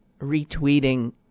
retweeting